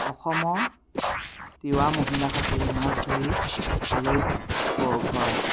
অসমৰ তিৱা মহিলাসকলে মাছ ধৰি খালৈত ভৰায়